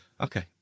okay